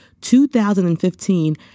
2015